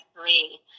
three